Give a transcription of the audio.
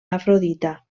afrodita